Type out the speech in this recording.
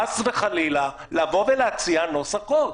חס וחלילה, ולהציע נוסח חוק.